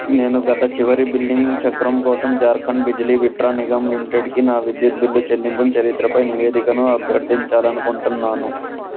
నేను గత చివరి బిల్లింగ్ చక్రం కోసం జార్ఖండ్ బిజిలీ విత్రన్ నిగమ్ లిమిటెడ్కి నా విద్యుత్ బిల్లు చెల్లింపును చరిత్రపై నివేదికను అభ్యర్థించాలనుకుంటున్నాను